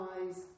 Eyes